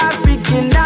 African